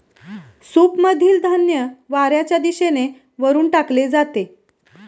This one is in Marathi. सूपमधील धान्य वाऱ्याच्या दिशेने वरून टाकले जाते